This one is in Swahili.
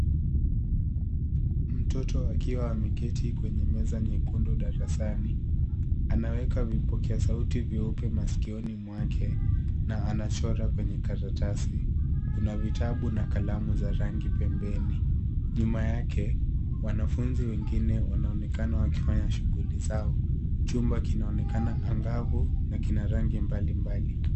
Mtoto akiwa ameketi kwenye meza nyekundu darasani. Ameweka vipokea sauti vyeupe masikioni mwake na anachora kwenye karatasi. Kuna vitabu na kalamu za rangi tofauti pembeni. Nyuma yake, wanafunzi wengine wanokekana wakifanya shughuli zao. Chumba kinaonekana angavu na kina rangi mbalimbali.